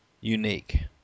unique